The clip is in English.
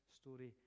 story